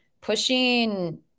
pushing